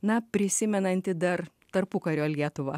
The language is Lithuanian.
na prisimenanti dar tarpukario lietuvą